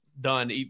done